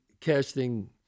casting